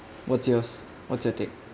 what's yours what's your take